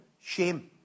shame